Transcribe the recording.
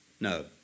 No